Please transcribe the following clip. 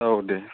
औ दे